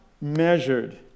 measured